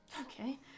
Okay